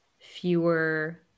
fewer